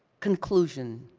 conclusion,